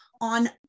on